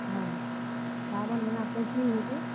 हँ सावन बाला पञ्चमी होइ छै